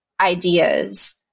ideas